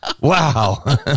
Wow